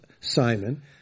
Simon